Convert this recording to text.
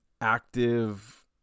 active